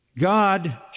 God